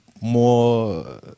more